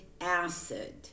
acid